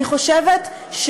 אני חושבת,